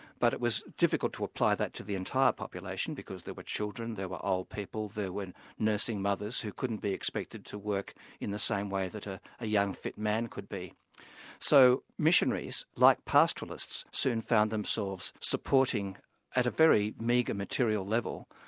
but it was difficult to apply that to the entire population because there were children, there were old people, there were nursing mothers who couldn't be expected to work in the same way that ah a young, fit man could be so missionaries, like pastoralists, soon found themselves supporting at a very meagre, material level,